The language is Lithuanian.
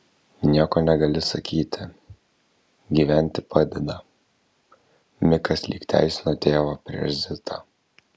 nieko negali sakyti gyventi padeda mikas lyg teisino tėvą prieš zitą